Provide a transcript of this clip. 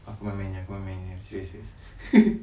aku main-main jer aku main-main jer serious serious